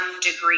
degree